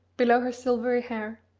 below her silvery hair.